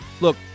Look